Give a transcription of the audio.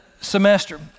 semester